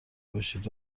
باشید